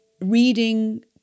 reading